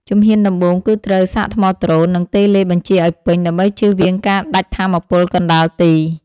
ជំហានដំបូងគឺត្រូវសាកថ្មដ្រូន និងតេឡេបញ្ជាឱ្យពេញ ដើម្បីជៀសវាងការដាច់ថាមពលកណ្ដាលទី។